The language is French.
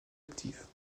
actifs